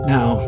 Now